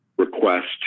Request